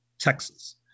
Texas